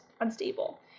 unstable